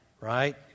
right